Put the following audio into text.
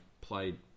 played